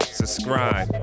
subscribe